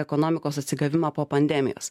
ekonomikos atsigavimą po pandemijos